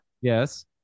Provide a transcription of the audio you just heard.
Yes